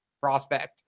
prospect